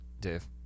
Dave